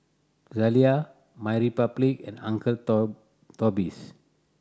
Zalia MyRepublic and Uncle Toby's